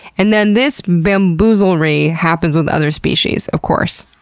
and then this bamboozlery happens with other species, of course.